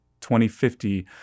2050